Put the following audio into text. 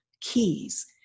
keys